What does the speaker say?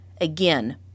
Again